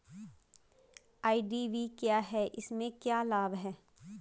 IDV क्या है इसमें क्या लाभ है?